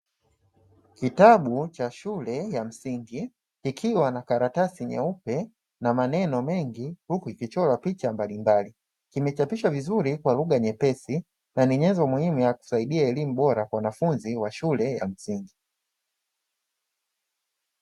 Kitabu cha shule ya msingi, kikiwa na karatasi nyeupe na maneno mengi huku ikichorwa picha mbalimbali. Kimechapishwa vizuri kwa lugha nyepesi na ni nyenzo muhimu ya kusaidia elimu bora kwa wanafunzi wa shule ya msingi.